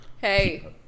hey